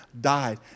died